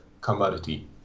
commodity